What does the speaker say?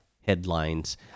headlines